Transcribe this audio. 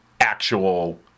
actual